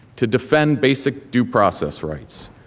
to defend basic due process rights.